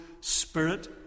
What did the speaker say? spirit